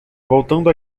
voltando